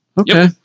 Okay